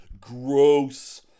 Gross